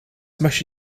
möchte